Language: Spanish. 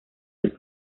los